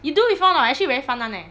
you do before or not actually very fun [one] leh